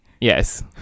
yes